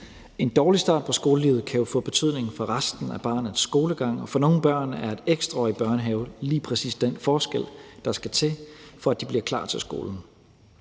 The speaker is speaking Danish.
En dårlig start på skolelivet kan få betydning for resten af barnets skolegang, og for nogle børn er et ekstra år i børnehave lige præcis den forskel, der skal til, for at de bliver klar til skolen.